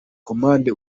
komande